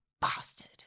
Bastard